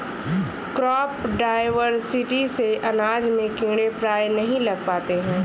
crop diversity से अनाज में कीड़े प्रायः नहीं लग पाते हैं